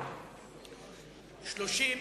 ולכן ההסתייגות של חבר הכנסת שלמה מולה לא התקבלה.